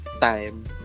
time